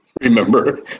Remember